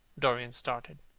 dorian started.